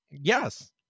Yes